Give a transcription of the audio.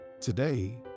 Today